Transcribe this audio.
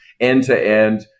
end-to-end